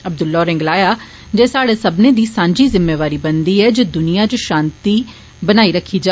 अब्दल्ला होरे गलाया जे साढ़े सब्बने दी सांझी जिम्मेवारी बनदी ऐ जे दुनियां च षान्ति बनाई रक्खी जा